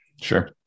Sure